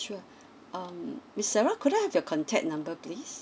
sure um miss sarah could I have your contact number please